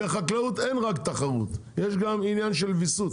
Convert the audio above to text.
בחקלאות אין רק תחרות, יש גם עניין של וויסות.